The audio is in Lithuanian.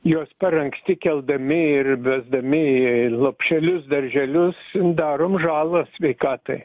juos per anksti keldami ir vesdami į lopšelius darželius darom žalą sveikatai